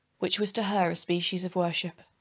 which was to her a species of worship.